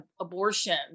abortion